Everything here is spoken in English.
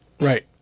Right